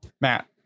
Matt